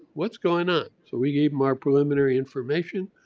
what's going on? so we gave him our preliminary information.